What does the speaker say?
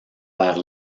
vers